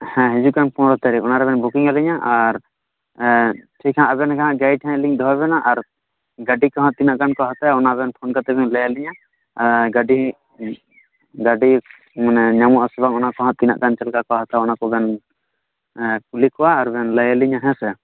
ᱦᱮᱸ ᱦᱤᱡᱩᱜ ᱠᱟᱱ ᱯᱚᱱᱚᱨᱚ ᱛᱟᱹᱨᱤᱠ ᱚᱱᱟ ᱨᱮᱵᱮᱱ ᱵᱩᱠᱤᱝ ᱟᱹᱞᱤᱧᱟ ᱟᱨ ᱴᱷᱤᱠ ᱦᱟᱜ ᱟᱵᱮᱱ ᱜᱮ ᱦᱟᱜ ᱜᱟᱹᱭᱤᱴ ᱦᱟᱜ ᱞᱤᱧ ᱫᱚᱦᱚ ᱵᱮᱱᱟ ᱟᱨ ᱜᱟᱹᱰᱤ ᱠᱚ ᱦᱟᱜ ᱛᱤᱱᱟᱹᱜ ᱜᱟᱱ ᱠᱚ ᱦᱟᱛᱟᱣᱟ ᱚᱱᱟ ᱵᱮᱱ ᱯᱷᱳᱱ ᱠᱟᱛᱮ ᱵᱮᱱ ᱞᱟᱹᱭᱟᱞᱤᱧᱟ ᱜᱟᱹᱰᱤ ᱜᱟᱹᱰᱤ ᱢᱟᱱᱮ ᱧᱟᱢᱚᱜ ᱟᱥᱮ ᱵᱟᱝ ᱚᱱᱟ ᱠᱚ ᱦᱟᱜ ᱛᱤᱱᱟᱜ ᱜᱟᱱ ᱪᱮᱫ ᱞᱮᱠᱟ ᱠᱚ ᱦᱟᱛᱟᱣᱟ ᱚᱱᱟ ᱠᱚᱵᱮᱱ ᱠᱩᱞᱤ ᱠᱚᱣᱟ ᱟᱨ ᱵᱮᱱ ᱞᱟᱹᱭ ᱟᱞᱤᱧᱟ ᱦᱮᱸ ᱥᱮ